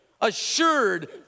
assured